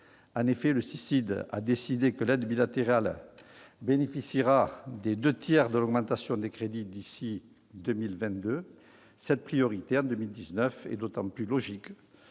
En effet, le CICID a décidé que l'aide bilatérale bénéficiera des deux tiers de l'augmentation des crédits d'ici à 2022. Cette priorité en 2019 est d'autant plus logique